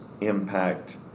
impact